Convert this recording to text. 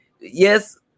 Yes